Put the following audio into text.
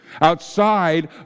outside